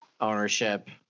Ownership